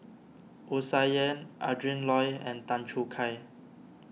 Wu Tsai Yen Adrin Loi and Tan Choo Kai